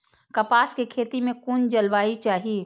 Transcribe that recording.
कपास के खेती में कुन जलवायु चाही?